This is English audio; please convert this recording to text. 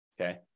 Okay